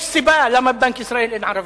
יש סיבה למה בבנק ישראל אין ערבים.